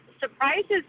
surprises